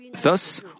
Thus